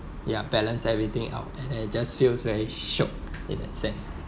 ya balance everything out and then it just feels very shiok in a sense